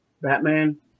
Batman